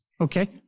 Okay